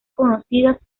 conocidas